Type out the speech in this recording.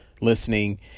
listening